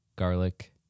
garlic